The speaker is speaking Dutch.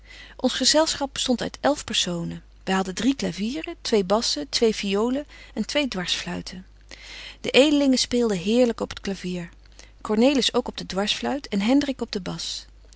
ons gezelschap bestondt uit elf personen wy hadden drie clavieren twee bassen twee fiolen en twee dwarsfluiten de edelingen speelden heerlyk op t clavier cornelis ook op de dwarsfluit en hendrik op de bas